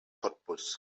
cottbus